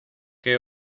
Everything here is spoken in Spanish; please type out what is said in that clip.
qué